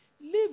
Live